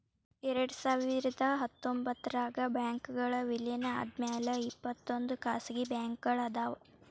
ಎರಡ್ಸಾವಿರದ ಹತ್ತೊಂಬತ್ತರಾಗ ಬ್ಯಾಂಕ್ಗಳ್ ವಿಲೇನ ಆದ್ಮ್ಯಾಲೆ ಇಪ್ಪತ್ತೊಂದ್ ಖಾಸಗಿ ಬ್ಯಾಂಕ್ಗಳ್ ಅದಾವ